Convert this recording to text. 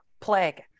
plague